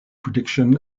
prediction